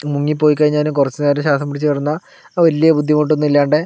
മുങ്ങിപ്പോയി കഴിഞ്ഞാലും കുറച്ച് നേരം ശ്വാസം പിടിച്ച് കിടന്നാൽ വലിയ ബുദ്ധിമുട്ട് ഒന്നും ഇല്ലാണ്ട്